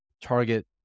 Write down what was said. Target